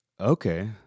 okay